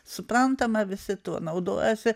suprantama visi tuo naudojasi